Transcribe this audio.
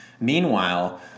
meanwhile